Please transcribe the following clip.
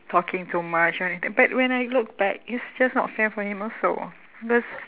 talking too much or anything but when I look back it's just not fair for him also because